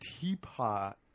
teapot